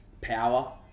power